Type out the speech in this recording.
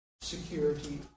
security